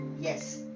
yes